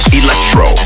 electro